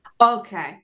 Okay